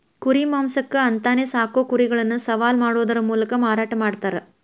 ಕುರಿ ಮಾಂಸಕ್ಕ ಅಂತಾನೆ ಸಾಕೋ ಕುರಿಗಳನ್ನ ಸವಾಲ್ ಮಾಡೋದರ ಮೂಲಕ ಮಾರಾಟ ಮಾಡ್ತಾರ